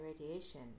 radiation